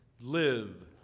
live